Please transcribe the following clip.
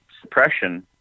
suppression